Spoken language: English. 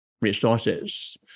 Resources